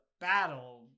battle